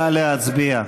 נא להצביע.